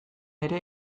ere